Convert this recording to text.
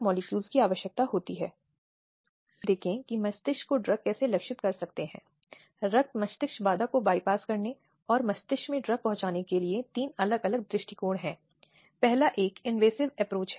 इसलिए यह आपराधिक कार्रवाई को आमंत्रित करता है और जिस पर हमने 2013 के तहत बात की है वह वह उपाय है जहां अधिनियम के तहत उपाय की मांग की जाती है और यह संगठनात्मक संरचना के भीतर है